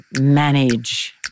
manage